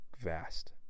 vast